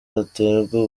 aterwa